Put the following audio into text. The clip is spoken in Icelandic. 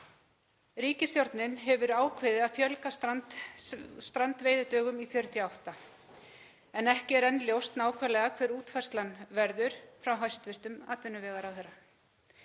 Ríkisstjórnin hefur ákveðið að fjölga strandveiðidögum í 48 en ekki er enn ljóst nákvæmlega hver útfærslan verður frá hæstv. atvinnuvegaráðherra.